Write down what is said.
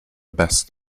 best